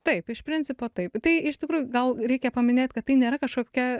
taip iš principo taip tai iš tikrųjų gal reikia paminėt kad tai nėra kažkokia